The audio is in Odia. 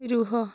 ରୁହ